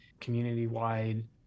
community-wide